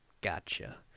Gotcha